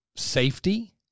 safety